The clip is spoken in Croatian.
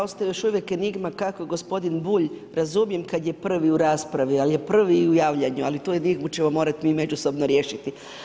Ostaje još uvijek enigma kako gospodin Bulj, razumijem kad je prvi u raspravi, ali je prvi i u javljanju ali tu enigmu ćemo morati mi međusobno riješiti.